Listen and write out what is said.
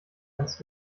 kannst